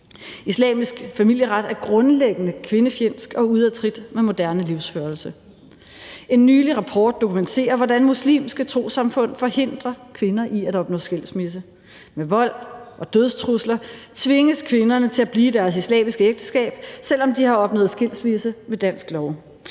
Islamisk familieret er grundlæggende kvindefjendsk og ude af trit med moderne livsførelse. En nylig rapport dokumenterer, hvordan muslimske trossamfund forhindrer kvinder i at opnå skilsmisse. Med vold og dødstrusler tvinges kvinderne til at blive i deres islamiske ægteskab, selv om de har opnået skilsmisse ved dansk lov.